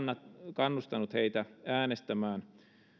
kannustanut heitä äänestämään